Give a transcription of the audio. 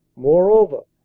moreover,